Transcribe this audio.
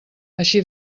així